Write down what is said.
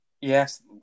Yes